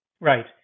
Right